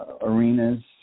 arenas